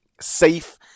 safe